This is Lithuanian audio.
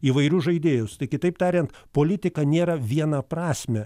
į įvairius žaidėjus tai kitaip tariant politika nėra vienaprasmė